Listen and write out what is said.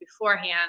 beforehand